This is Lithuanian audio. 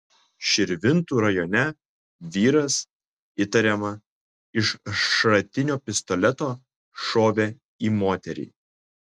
širvintų rajone vyras įtariama iš šratinio pistoleto šovė į moterį